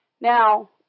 Now